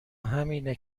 همینه